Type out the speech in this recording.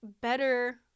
better